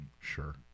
Sure